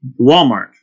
Walmart